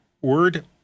word